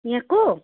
यहाँको